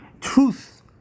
truth